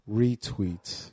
retweets